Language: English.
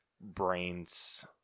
brains